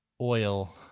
Oil